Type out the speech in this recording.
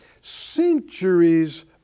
centuries